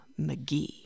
McGee